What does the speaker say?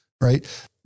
right